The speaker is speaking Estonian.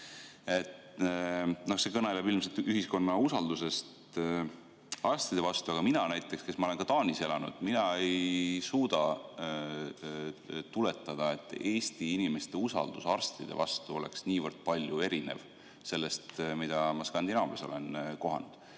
See kõneleb ilmselt ühiskonna usaldusest arstide vastu. Aga näiteks mina, kes ma olen ka Taanis elanud, ei suuda [järeldada], et Eesti inimeste usaldus arstide vastu on niivõrd palju erinev sellest, mida ma Skandinaavias olen kohanud.